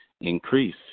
increase